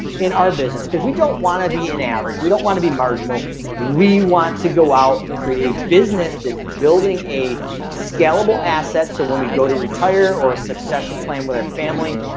in our business cuz we don't wanna be an average we don't wanna be marginal we want to go out and create a business. that's building a scalable asset so when we go to retire or a succession plan with our family,